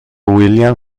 william